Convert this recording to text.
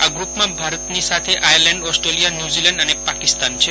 આ ગ્રૂપમાં ભારતની સાથે આયર્લેન્ડ ઓસ્ટ્રેલિયા ન્યૂઝીલેન્ડ અને પાકિસ્તાન છે